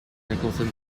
nicholson